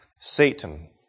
Satan